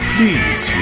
Please